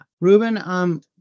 Ruben